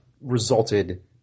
resulted